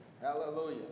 Hallelujah